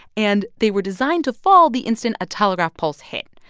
and they were designed to fall the instant a telegraph pulse hit,